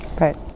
Right